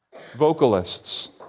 vocalists